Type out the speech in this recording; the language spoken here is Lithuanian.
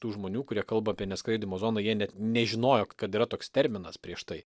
tų žmonių kurie kalba apie neskraidymo zoną jie net nežinojo kad yra toks terminas prieš tai